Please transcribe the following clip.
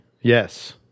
Yes